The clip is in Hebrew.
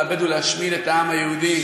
לאבד ולהשמיד את העם היהודי.